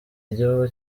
igihugu